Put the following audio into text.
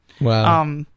Wow